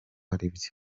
aribyo